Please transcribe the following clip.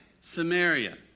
Samaria